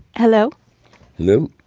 hello hello